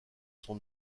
son